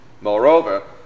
Moreover